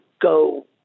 go